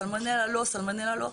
סלמונלה לא,